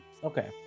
Okay